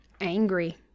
angry